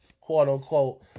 quote-unquote